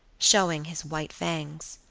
showing his white fangs.